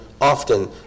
often